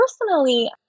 personally